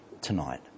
tonight